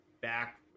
back